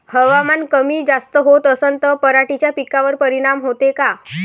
हवामान कमी जास्त होत असन त पराटीच्या पिकावर परिनाम होते का?